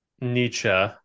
Nietzsche